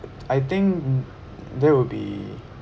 I think um that will be